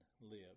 live